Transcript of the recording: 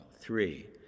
Three